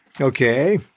Okay